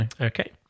Okay